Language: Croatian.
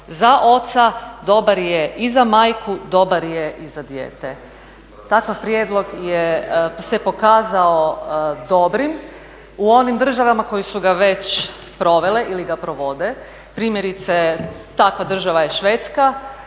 za oca, dobar je i za majku, dobar je i za dijete. Takav prijedlog se pokazao dobrim u onim državama koje su ga već provele ili ga provode. Primjerice takva država je Švedska